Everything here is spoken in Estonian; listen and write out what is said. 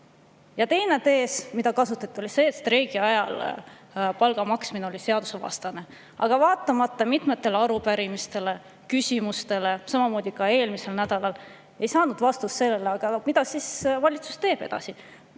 Ja teine tees, mida kasutati, oli see, et streigi ajal palga maksmine oli seadusevastane. Aga vaatamata mitmetele arupärimistele ja küsimustele me ka eelmisel nädalal ei saanud vastust sellele, mida siis valitsus teeb edasi.